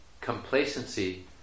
Complacency